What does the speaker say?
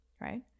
right